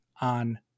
on